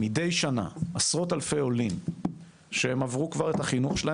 מדי שנה עשרות אלפי עולים שעברו כבר את החינוך שלהם,